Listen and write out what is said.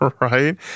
right